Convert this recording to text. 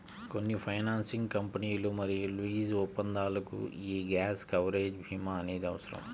కొన్ని ఫైనాన్సింగ్ కంపెనీలు మరియు లీజు ఒప్పందాలకు యీ గ్యాప్ కవరేజ్ భీమా అనేది అవసరం